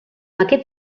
aquest